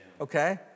Okay